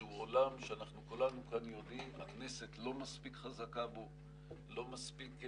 שהוא עולם כולנו כאן יודעים שהכנסת לא מספיק חזקה בו,